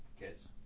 kids